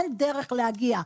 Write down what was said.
אין דרך להגיע.